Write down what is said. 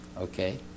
Okay